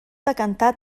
decantar